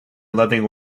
loving